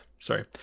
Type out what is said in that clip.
Sorry